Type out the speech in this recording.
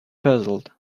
puzzled